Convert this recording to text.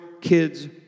kids